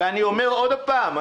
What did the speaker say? ואני אומר עוד הפעם.